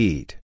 Eat